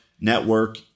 network